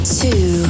two